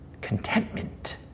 contentment